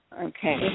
okay